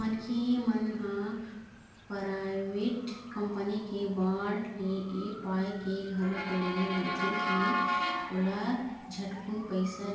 मनखे मन ह पराइवेट कंपनी के बांड ल ऐ पाय के घलोक ले लेथे के ओला झटकुन पइसा